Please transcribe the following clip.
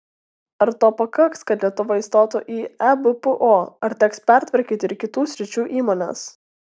ar to pakaks kad lietuva įstotų į ebpo ar teks pertvarkyti ir kitų sričių įmones